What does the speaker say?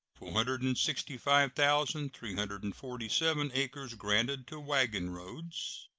hundred and sixty five thousand three hundred and forty seven acres granted to wagon roads,